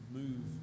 move